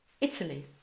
Italy